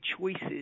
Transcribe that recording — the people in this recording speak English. choices